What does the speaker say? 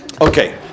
Okay